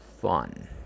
fun